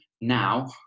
now